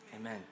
amen